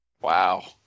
Wow